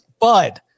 Bud